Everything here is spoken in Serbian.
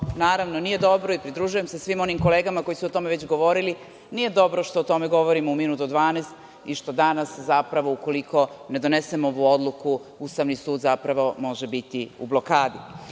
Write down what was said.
naravno nije dobro i pridružujem se svim onim kolegama koji su o tome već govorili, nije dobro što o tome govorimo u minut do 12 i što danas, ukoliko ne donesemo ovu odluku, Ustavni sud može biti u blokadi. Govorili